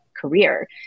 career